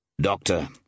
Doctor